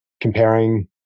Comparing